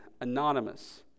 anonymous